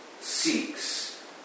seeks